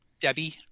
Debbie